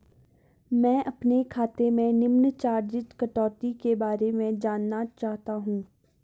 मैं अपने खाते से निम्न चार्जिज़ कटौती के बारे में जानना चाहता हूँ?